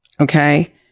okay